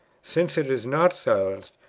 since it is not silenced,